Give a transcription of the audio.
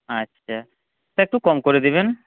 আচ্ছা একটু কম করে দেবেন